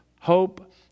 hope